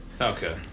Okay